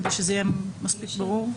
כדי שזה יהיה מספיק ברור.